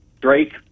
Drake